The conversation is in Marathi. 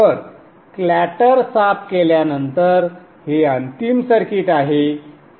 तर क्लॅटर साफ केल्यानंतर हे अंतिम सर्किट आहे